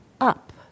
up